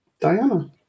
Diana